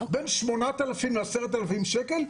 בין 8,000 ל-10,000 שקלים.